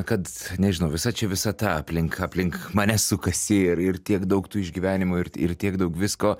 kad nežinau visa čia visata aplink aplink mane sukasi ir ir tiek daug tų išgyvenimų ir ir tiek daug visko